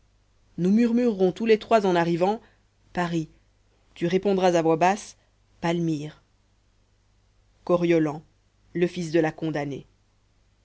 nous murmurerons tous les trois en arrivant paris tu répondras à voix basse palmyre coriolan le fils de la condamnée